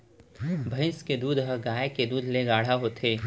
भईंस के दूद ह गाय के दूद ले गाढ़ा होथे